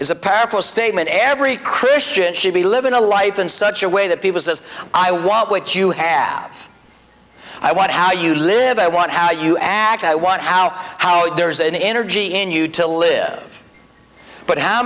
is a pair for statement every christian should be living a life in such a way that people says i want what you have i want how you live i want how you act i want out how there's an energy in you to live but how